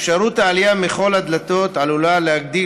אפשרות העלייה מכל הדלתות עלולה להגדיל